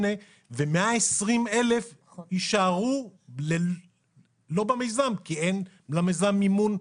120,000 יישארו לא במיזם, כי אין למיזם מימון.